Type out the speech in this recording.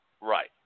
Right